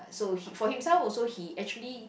so he for himself also he actually